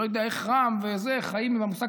אני לא יודע איך רע"מ וזה חיים עם המושג